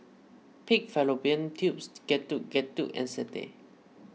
Pig Fallopian Tubes Getuk Getuk and Satay